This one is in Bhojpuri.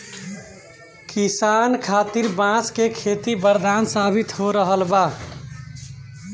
किसान खातिर बांस के खेती वरदान साबित हो रहल बा